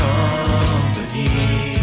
Company